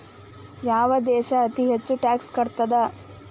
ಯಾವ್ ದೇಶ್ ಅತೇ ಹೆಚ್ಗೇ ಟ್ಯಾಕ್ಸ್ ಕಟ್ತದ?